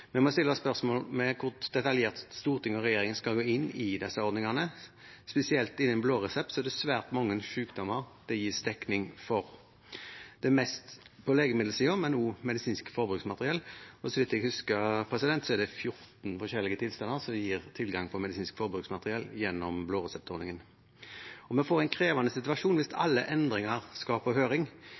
stille spørsmål ved hvor detaljert Stortinget og regjeringen skal gå inn i disse ordningene. Spesielt innen blå resept er det svært mange sykdommer det gis dekning for. Det er mest på legemiddelsiden, men også medisinsk forbruksmateriell. Så vidt jeg husker, er det 14 forskjellige tilstander som gir tilgang på medisinsk forbruksmateriell gjennom blåreseptordningen. Vi får en krevende situasjon hvis alle endringer skal på høring.